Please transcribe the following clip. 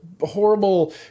horrible